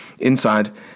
inside